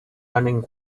running